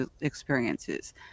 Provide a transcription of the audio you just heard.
experiences